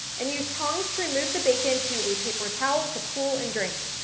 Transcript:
and use tongs to remove the bacon to a paper towel to cool and drain.